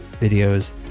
videos